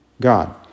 God